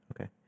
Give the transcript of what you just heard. Okay